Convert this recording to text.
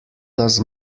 does